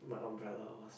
my umbrella was